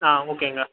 ஆ ஓகேங்க